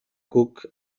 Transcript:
cook